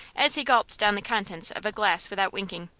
as he gulped down the contents of a glass without winking.